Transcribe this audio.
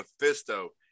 Mephisto